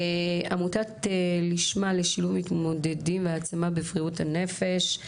עמותת ""לשמ"ה" לשילוב מתמודדים והעצמה בבריאות הנפש".